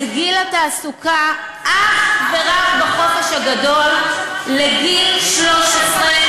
גיל התעסוקה אך ורק בחופש הגדול לגיל 13,